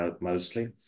mostly